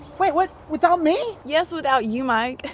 wait, what, without me? yes without you mike.